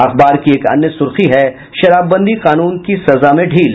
अखबार की एक अन्य सुर्खी है शराबबंदी कानून की सजा में ढील